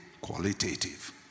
qualitative